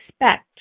expect